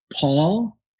Paul